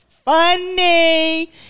funny